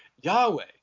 Yahweh